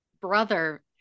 brother